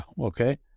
okay